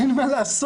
אין מה לעשות.